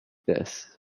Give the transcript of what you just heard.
this